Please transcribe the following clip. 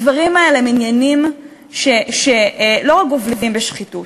הדברים האלה הם עניינים שלא גובלים בשחיתות,